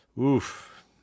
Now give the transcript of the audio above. Oof